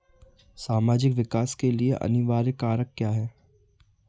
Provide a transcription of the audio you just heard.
सामाजिक विकास के लिए अनिवार्य कारक क्या है?